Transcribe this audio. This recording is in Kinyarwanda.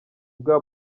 bwa